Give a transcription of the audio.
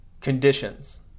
conditions